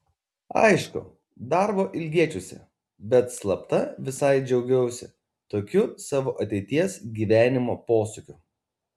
aišku darbo ilgėčiausi bet slapta visai džiaugiausi tokiu savo ateities gyvenimo posūkiu